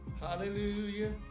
Hallelujah